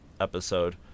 episode